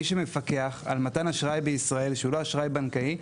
מי שמפקח על מתן אשראי בישראל ,שהוא לא אשראי בנקאי,